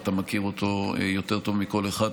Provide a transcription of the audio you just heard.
ואתה מכיר אותו יותר טוב מכל אחד,